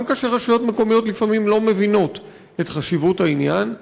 גם כאשר רשויות מקומיות לפעמים לא מבינות את חשיבות העניין,